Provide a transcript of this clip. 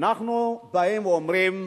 אנחנו באים ואומרים: